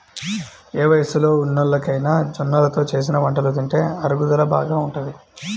ఏ వయస్సులో ఉన్నోల్లకైనా జొన్నలతో చేసిన వంటలు తింటే అరుగుదల బాగా ఉంటది